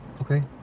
Okay